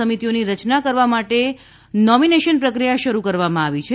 સમિતિઓની રચના કરવા માટે નોમિનેશન પ્રક્રિયા શરૂ કરવામાં આવી છે